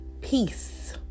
peace